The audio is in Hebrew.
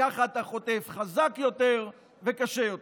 ככה אתה חוטף חזק יותר וקשה יותר.